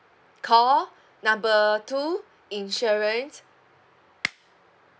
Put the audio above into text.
call number two insurance